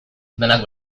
denak